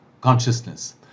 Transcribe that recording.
consciousness